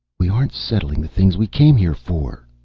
we aren't settling the things we came here for,